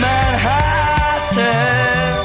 Manhattan